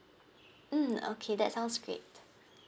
mm okay that sounds great